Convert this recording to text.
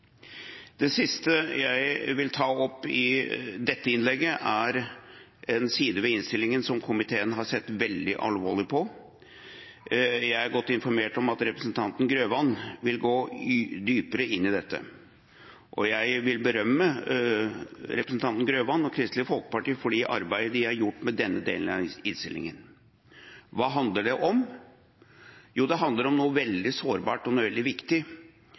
Det siste jeg vil ta opp i dette innlegget, er en side ved innstillingen som komiteen har sett veldig alvorlig på. Jeg er godt informert om at representanten Grøvan vil gå dypere inn i dette, og jeg vil berømme representanten Grøvan og Kristelig Folkeparti for det arbeidet de har gjort med denne delen av innstillingen. Hva handler det om? Jo, det handler om noe veldig sårbart og noe veldig viktig,